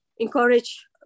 Encourage